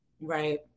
right